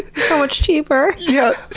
soooo much cheaper! yeah!